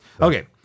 Okay